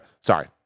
Sorry